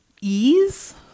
ease